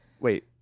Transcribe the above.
Wait